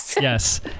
yes